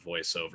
voiceover